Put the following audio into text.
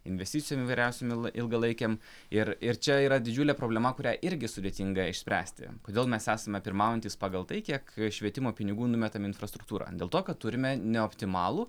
investicijom įvairiausiom il ilgalaikėm ir ir čia yra didžiulė problema kurią irgi sudėtinga išspręsti kodėl mes esame pirmaujantys pagal tai kiek švietimo pinigų numetam infrastruktūrą dėl to kad turime neoptimalų